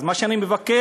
אז מה שאני מבקש